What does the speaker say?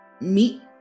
meet